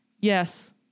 Yes